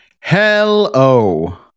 hello